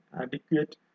adequate